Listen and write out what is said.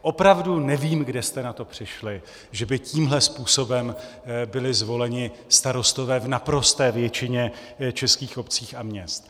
Opravdu nevím, kde jste na to přišli, že by tímto způsobem byli zvoleni starostové v naprosté většině českých obcí a měst.